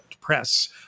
Press